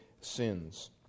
sins